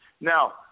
Now